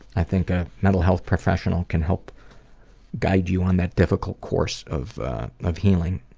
i think a mental health professional can help guide you on that difficult course of of healing.